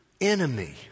enemy